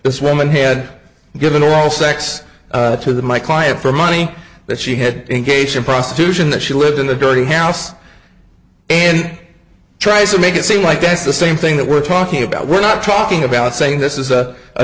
this woman had given oral sex to the my client for money that she had engaged in prostitution that she lived in the dirty house and try to make it seem like that's the same thing that we're talking about we're not talking about saying this is a